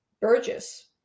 Burgess